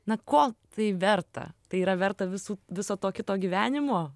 na ko tai verta tai yra verta visų viso to kito gyvenimo